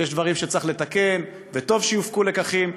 ויש דברים שצריך לתקן וטוב שיופקו לקחים,